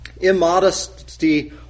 immodesty